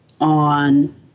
on